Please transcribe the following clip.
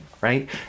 right